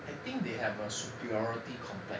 I think they have a superiority complex